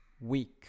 week